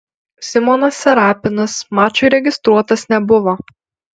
simonas serapinas mačui registruotas nebuvo